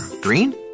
green